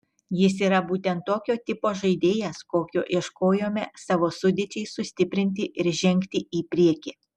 jis yra būtent tokio tipo žaidėjas kokio ieškojome savo sudėčiai sustiprinti ir žengti į priekį